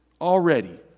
Already